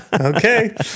Okay